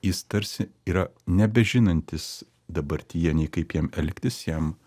jis tarsi yra nebežinantis dabartyje nei kaip jam elgtis jam